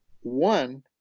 One